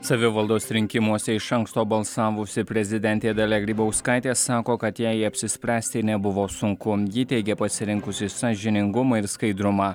savivaldos rinkimuose iš anksto balsavusi prezidentė dalia grybauskaitė sako kad jai apsispręsti nebuvo sunku ji teigė pasirinkusi sąžiningumą ir skaidrumą